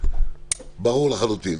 ברור לחלוטין.